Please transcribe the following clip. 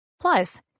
Plus